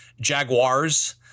Jaguars